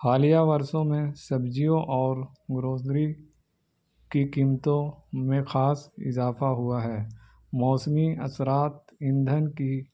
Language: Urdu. حالیہ بورسوں میں سبجیوں اور گروسری کی قیمتوں میں خاص اضافہ ہوا ہے موسمی اثرات ایندھن کی